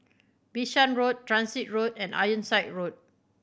Bishan Road Transit Road and Ironside Road